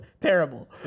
terrible